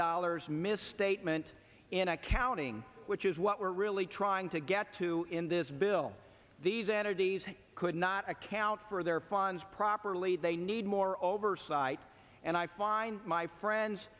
dollars misstatement in accounting which is what we're really trying to get to in this bill these entities could not account for their funds properly they need more oversight and i find my friends